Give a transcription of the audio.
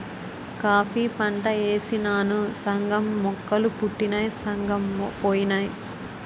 coffee పంట యేసినాను సగం మొక్కలు పుట్టినయ్ సగం పోనాయి